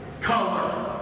color